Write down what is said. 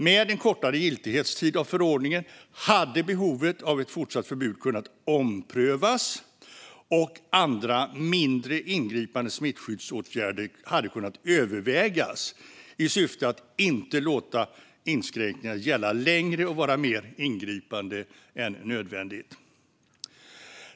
Med en kortare giltighetstid av förordningen hade behovet av ett fortsatt förbud kunnat omprövas, och andra mindre ingripande smittskyddsåtgärder hade kunnat övervägas i syfte att inte låta inskränkningarna gälla längre och vara mer ingripande än nödvändigt.